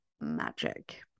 magic